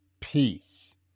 peace